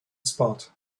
spot